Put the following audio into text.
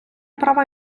права